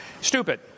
Stupid